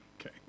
okay